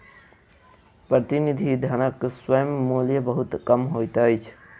प्रतिनिधि धनक स्वयं मूल्य बहुत कम होइत अछि